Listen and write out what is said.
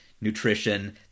nutrition